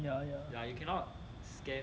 ya ya ya you cannot scan